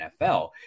NFL